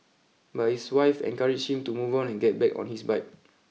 but his wife encouraged him to move on and get back on his bike